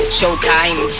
Showtime